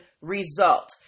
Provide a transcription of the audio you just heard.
result